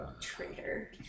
Traitor